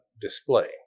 display